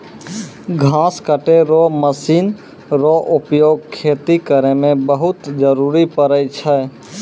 घास कटै रो मशीन रो उपयोग खेती करै मे बहुत जरुरी पड़ै छै